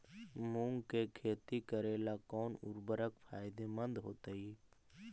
मुंग के खेती करेला कौन उर्वरक फायदेमंद होतइ?